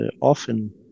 often